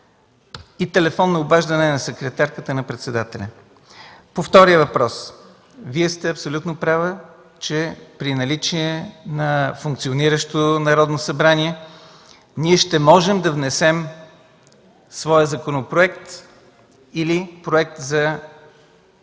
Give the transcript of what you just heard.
и телефонно обаждане на секретарката на председателя. По втория въпрос, Вие сте абсолютно права, че при наличие на функциониращо Народно събрание ние ще можем да внесем своя законопроект или проект за изменение